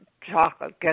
chocolate